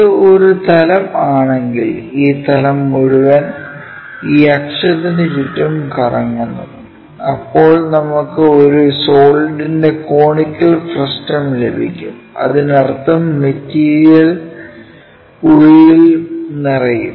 ഇത് ഒരു തലം ആണെങ്കിൽ ഈ തലം മുഴുവൻ ഈ അക്ഷത്തിന് ചുറ്റും കറങ്ങുന്നു അപ്പോൾ നമുക്ക് ഒരു സോളിഡ്ന്റെ കോണിക്കൽ ഫ്രസ്റ്റം ലഭിക്കും അതിനർത്ഥം മെറ്റീരിയൽ ഉള്ളിലും നിറയും